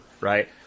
right